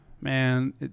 man